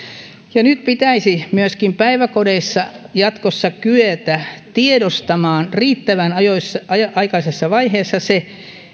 nyt pitäisi myöskin päiväkodeissa jatkossa kyetä tiedostamaan riittävän aikaisessa vaiheessa se